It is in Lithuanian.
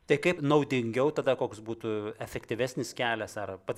tai kaip naudingiau tada koks būtų efektyvesnis kelias ar pats